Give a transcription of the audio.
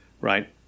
right